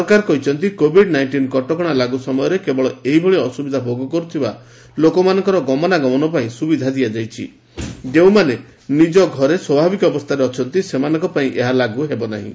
ସରକାର କହିଛନ୍ତି covid nineteen କଟକଣା ଲାଗୁ ସମୟରେ କେବଳ ଏହିଭଳି ଅସୁବିଧା ଭୋଗ କରୁଥିବା ଲୋକମାନଙ୍କର ଗମନାଗମନ ପାଇଁ ସୁବିଧା ଦିଆଯାଉଛି ଯେଉଁମାନେ ନିଜ ନିଜ ଘରେ ସ୍ୱାଭାବିକ ଅବସ୍ଥାରେ ଅଛନ୍ତି ସେମାନଙ୍କ ପାଇଁ ଏହା ଲାଗୁ ହେବ ନାହିଁ